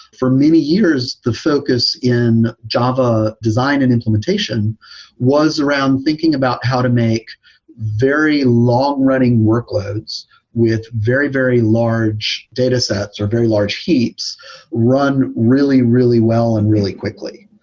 for many years, the focus in java design and implementation was around thinking about how to make very long-running workloads with very, very large datasets or very large heaps run really, really well and really quickly.